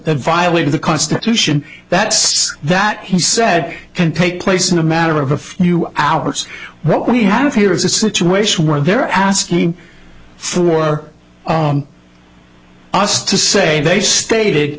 that violated the constitution that that he said can take place in a matter of a few hours what we have here is a situation where they're asking for us to say they stated